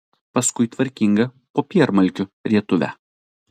paskui tvarkingą popiermalkių rietuvę